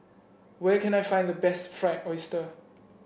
where can I find the best Fried Oyster